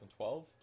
2012